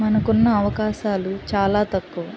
మనకున్న అవకాశాలు చాలా తక్కువ